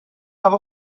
هوا